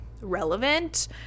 relevant